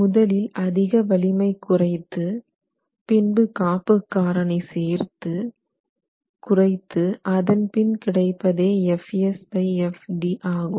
முதலில் அதிக வலிமை குறைத்து பின்பு காப்பு காரணி சேர்த்து குறைத்து அதன்பின் கிடைப்பதே Fs Fdesign ஆகும்